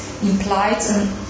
implied